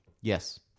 Yes